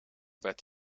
wet